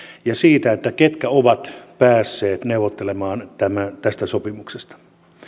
ja siitä ketkä ovat päässeet neuvottelemaan tästä sopimuksesta